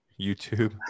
YouTube